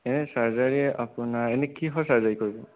এই চাৰ্জাৰী আপোনাৰ এনেই কিহৰ চাৰ্জাৰী কৰিব